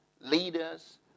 leaders